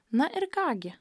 na ir ką gi